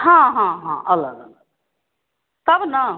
हाँ हाँ हाँ अलग तब ना